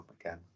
again